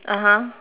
(uh huh)